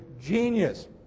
genius